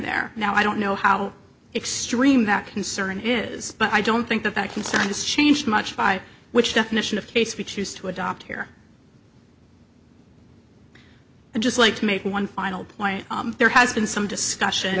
there now i don't know how extreme that concern is but i don't think the fact consent is changed much by which definition of case we choose to adopt here and just like to make one final point there has been some discussion